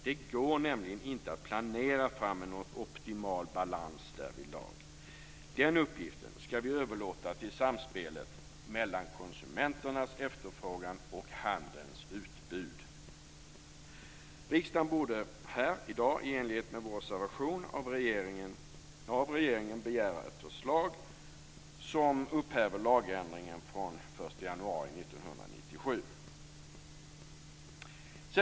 Det går nämligen inte att planera fram en optimal balans därvidlag. Den uppgiften skall vi överlåta till samspelet mellan konsumenternas efterfrågan och handelns utbud. Riksdagen borde här i dag i enlighet med vår reservation av regeringen begära ett förslag som upphäver lagändringen från den 1 januari 1997.